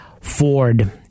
Ford